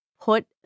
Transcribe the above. put